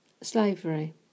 slavery